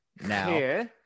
now